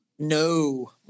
No